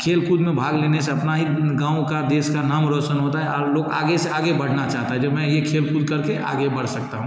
खेल कूद में भाग लेने से अपना ही गाँव का देश का नाम रौशन होता है आर लोग आगे से आगे बढ़ना चाहता है जो मैं ये खेल कूद करके आगे बढ़ सकता हूँ